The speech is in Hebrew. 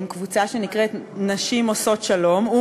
עם קבוצה שנקראת "נשים עושות שלום".